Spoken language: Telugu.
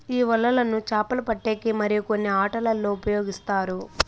ఈ వలలను చాపలు పట్టేకి మరియు కొన్ని ఆటలల్లో ఉపయోగిస్తారు